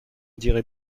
dirait